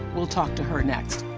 we'll talk to her next.